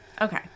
Okay